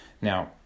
Now